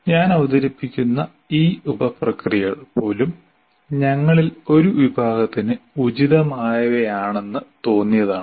ഞാൻ അവതരിപ്പിക്കുന്ന ഈ ഉപപ്രക്രിയകൾ പോലും ഞങ്ങളിൽ ഒരു വിഭാഗത്തിന് ഉചിതമായവയാണെന്ന് തോന്നിയതാണ്